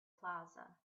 plaza